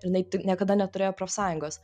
ir jinai tik niekada neturėjo profsąjungos